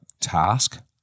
task